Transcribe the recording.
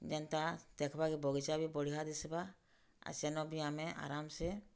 ଯେନ୍ତା ଦେଖ୍ବାକେ ବଗିଚା ବି ବଢ଼ିଆ ଦିଶ୍ବା ଆଉ ସେନ ବି ଆମେ ଆରାମ୍ସେ